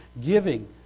giving